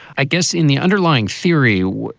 i guess in the underlying theory,